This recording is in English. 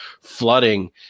flooding